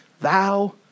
thou